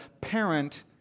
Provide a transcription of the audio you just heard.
parent